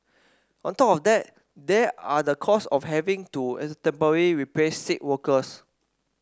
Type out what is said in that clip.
on top of that there are the cost of having to replace sick workers